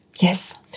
yes